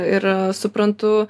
ir suprantu